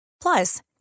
Plus